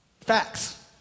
Facts